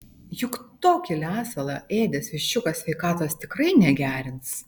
juk tokį lesalą ėdęs viščiukas sveikatos tikrai negerins